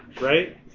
right